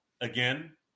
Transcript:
again